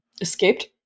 escaped